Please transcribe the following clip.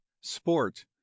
sport